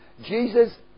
Jesus